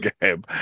game